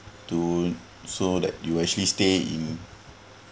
to so that you actually stay in